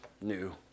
new